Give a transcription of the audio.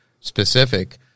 specific